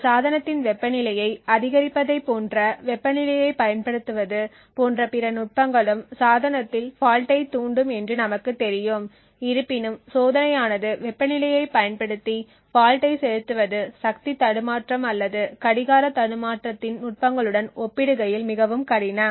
ஒரு சாதனத்தின் வெப்பநிலையை அதிகரிப்பதைப் போன்ற வெப்பநிலையைப் பயன்படுத்துவது போன்ற பிற நுட்பங்களும் சாதனத்தில் ஃபால்ட்டைத் தூண்டும் என்று நமக்குத் தெரியும் இருப்பினும் சோதனையானது வெப்பநிலையைப் பயன்படுத்தி ஃபால்ட்டைச் செலுத்துவது சக்தி தடுமாற்றம் அல்லது கடிகார தடுமாற்றத்தின் நுட்பங்களுடன் ஒப்பிடுகையில் மிகவும் கடினம்